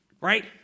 Right